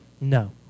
No